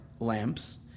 Lamps